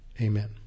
Amen